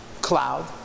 cloud